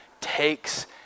takes